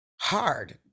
hard